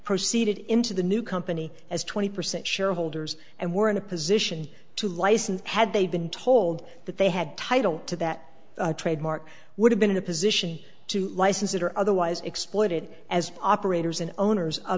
proceeded into the new company as twenty percent shareholders and were in a position to license had they been told that they had title to that trademark would have been in a position to license it or otherwise exploit it as operators and owners